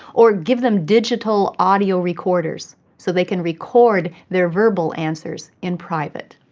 or give them digital audio recorders so they can record their verbal answers in private.